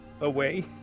away